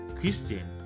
Christian